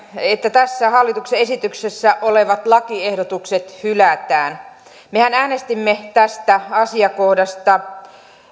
että tässä hallituksen esityksessä olevat lakiehdotukset hylätään mehän äänestimme tästä asiakohdasta